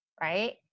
right